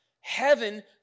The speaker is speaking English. heaven